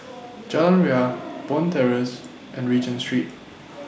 Jalan Ria Bond Terrace and Regent Street